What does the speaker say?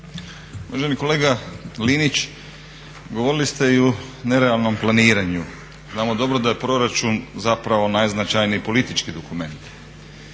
Uvaženi kolega Linić govorili ste i o nerealnom planiranju, znamo dobro da je proračun zapravo najznačajniji politički dokument.